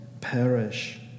perish